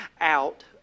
out